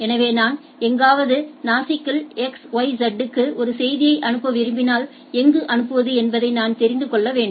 எனவே நான் எங்காவது நாசிக்கில் x y z க்கு ஒரு செய்தியை அனுப்ப விரும்பினால் எங்கு அனுப்புவது என்பதை நான் தெரிந்து கொள்ள வேண்டும்